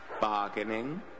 Bargaining